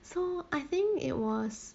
so I think it was